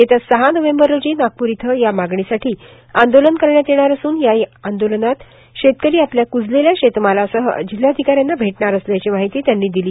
येत्या सहा नोव्हेंबर रोजी नागपूर इथं या मागणीसाठी आंदोलन करण्यात येणार असून या आंदोलनात शेतकरी आपल्या कुजलेल्या शेतमालासह जिल्हाधिकाऱ्यांना भेटणार असल्याची माहिती त्यांनी दिली